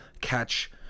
catch